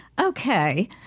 Okay